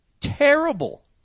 terrible